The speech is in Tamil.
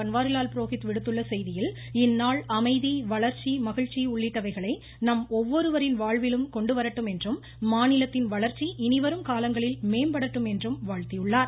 பன்வாரிலால் புரோஹித் விடுத்துள்ள செய்தியில் இந்நாள் அமைதி வளர்ச்சி மகிழ்ச்சி உள்ளிட்டவைகளை நம் ஒவ்வொருவரின் வாழ்விலும் கொண்டு வரட்டும் என்றும் மாநிலத்தின் வளர்ச்சி இனி வரும் காலங்களில் மேம்படட்டும் என்று வாழ்த்தியுள்ளார்